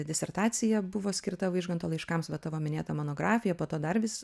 disertacija buvo skirta vaižganto laiškams va tavo minėtą monografija po to dar vis